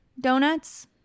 donuts